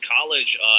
college